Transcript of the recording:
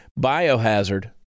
Biohazard